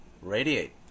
radiate